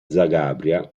zagabria